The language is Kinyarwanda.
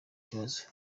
kibazo